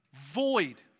void